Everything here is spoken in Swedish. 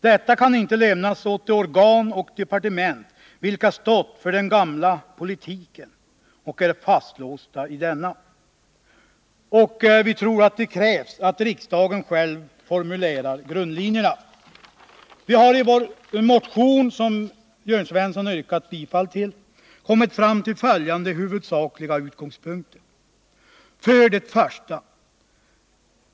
Detta kan inte lämnas åt de organ och departement vilka stått för den gamla politiken och är fastlåsta i denna. Vi tror att det krävs att riksdagen själv formulerar grundlinjerna. Vi har i vår motion, som Jörn Svensson här har yrkat bifall till, kommit fram till följande huvudsakliga utgångspunkter: 1.